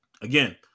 again